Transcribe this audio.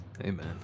Amen